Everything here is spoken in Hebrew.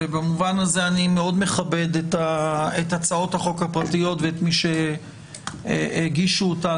במובן הזה אני מאוד מכבד את הצעות החוק הפרטיות ואת מי שהגישו אותן,